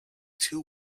two